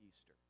Easter